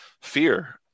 fear